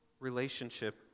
relationship